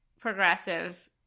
progressive